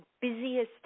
busiest